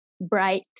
bright